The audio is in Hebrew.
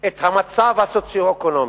את המצב הסוציו-אקונומי,